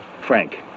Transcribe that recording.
Frank